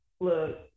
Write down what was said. look